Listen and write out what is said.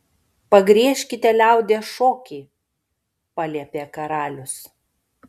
pagriežkite liaudies šokį paliepė karalius